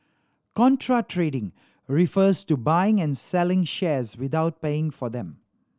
contra trading refers to buying and selling shares without paying for them